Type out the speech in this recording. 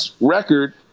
record